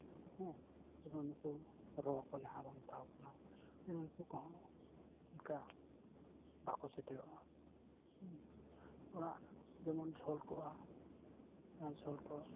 ᱦᱮᱸ ᱡᱮᱢᱚᱱ ᱩᱱᱠᱩ ᱨᱚ ᱠᱚ ᱡᱟᱦᱟᱸᱭ ᱵᱚᱱ ᱢᱮᱛᱟᱣᱟᱠᱚ ᱠᱟᱱᱟ ᱩᱱᱠᱩ ᱠᱚᱦᱚᱸ ᱚᱱᱠᱟ ᱵᱟᱠᱚ ᱥᱮᱴᱮᱨᱚᱜᱼᱟ ᱦᱩᱸ ᱚᱲᱟᱜ ᱡᱮᱢᱚᱱ ᱡᱷᱚᱞ ᱠᱚᱜᱼᱟ ᱚᱱᱟ ᱡᱷᱚᱞ ᱠᱚ